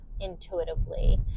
intuitively